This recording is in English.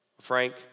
Frank